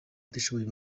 abatishoboye